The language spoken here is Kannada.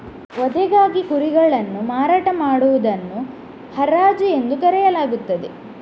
ವಧೆಗಾಗಿ ಕುರಿಗಳನ್ನು ಮಾರಾಟ ಮಾಡುವುದನ್ನು ಹರಾಜು ಎಂದು ಕರೆಯಲಾಗುತ್ತದೆ